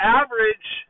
average